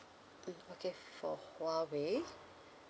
mm okay for huawei